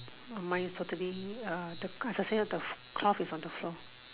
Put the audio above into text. mine is totally uh the cloth I say ah cloth is on the floor